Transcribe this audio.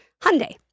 Hyundai